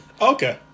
Okay